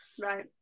Right